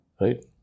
right